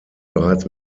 bereits